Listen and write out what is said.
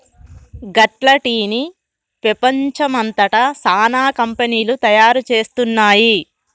గట్ల టీ ని పెపంచం అంతట సానా కంపెనీలు తయారు చేస్తున్నాయి